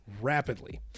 rapidly